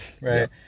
right